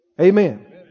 Amen